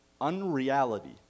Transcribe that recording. unreality